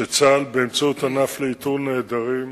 שצה"ל, באמצעות ענף לאיתור נעדרים,